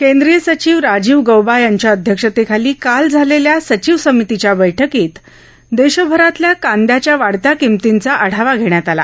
केंद्रीय सचिव राजीव गौबा यांच्या अध्यक्षतेखाली काल झालेल्या सचिव समितींच्या बैठकीत देशभरातल्या कांदयाच्या वाढत्या किंमतीचा आढावा घेण्यात आला